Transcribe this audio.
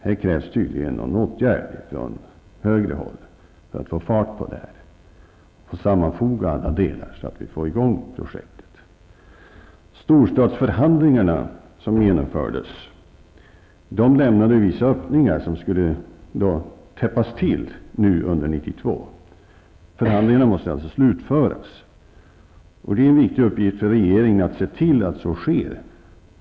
Här krävs tydligen åtgärder från högre instans, så att alla delar sammanfogas i syfte att få i gång projektet. Storstadsförhandlingarna lämnade vissa öppningar som skulle täppas till under 1992. Förhandlingarna måste alltså slutföras. Det är en viktig uppgift för regeringen att se till att så sker.